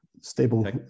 stable